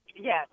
Yes